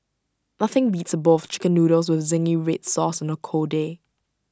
nothing beats A bowl of Chicken Noodles with Zingy Red Sauce on A cold day